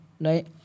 right